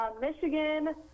Michigan